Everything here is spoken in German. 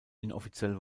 inoffiziell